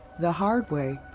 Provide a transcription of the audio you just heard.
the hard way,